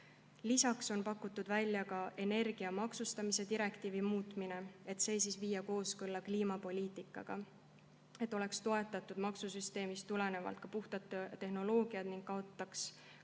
Lisaks on pakutud välja ka energia maksustamise direktiivi muutmine, et viia see kooskõlla kliimapoliitikaga, et oleks toetatud maksusüsteemist tulenevalt puhtad tehnoloogiad ning kaotataks aegunud